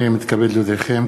אני מתכבד להודיעכם,